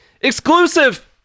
Exclusive